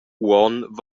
uonn